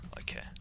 okay